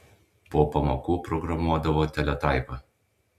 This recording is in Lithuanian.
po pamokų programuodavo teletaipą